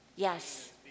Yes